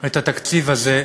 את התקציב הזה,